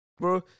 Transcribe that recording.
Bro